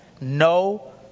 no